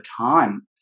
time